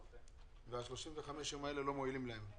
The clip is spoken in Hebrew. כך שהארכה זו לא מועילה להם.